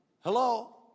Hello